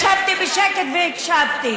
ישבתי בשקט והקשבתי.